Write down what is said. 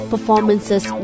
performances